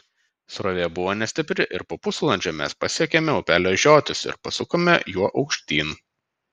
srovė buvo nestipri ir po pusvalandžio mes pasiekėme upelio žiotis ir pasukome juo aukštyn